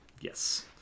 Yes